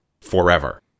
forever